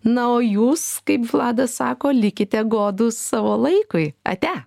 na o jūs kaip vladas sako likite godūs savo laikui ate